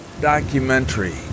documentary